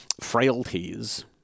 frailties